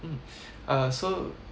mm uh so